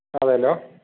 അതേലൊ